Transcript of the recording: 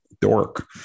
dork